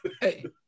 Hey